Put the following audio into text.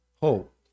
hope